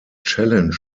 challenge